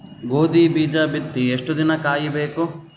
ಗೋಧಿ ಬೀಜ ಬಿತ್ತಿ ಎಷ್ಟು ದಿನ ಕಾಯಿಬೇಕು?